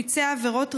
ביצע עבירות רבות,